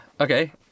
Okay